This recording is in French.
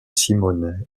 simone